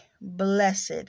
blessed